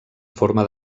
forma